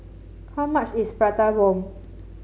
how much is Prata Bomb